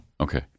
okay